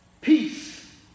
peace